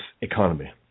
economy